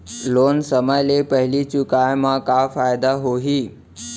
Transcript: Loan समय ले पहिली चुकाए मा का फायदा होही?